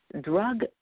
drug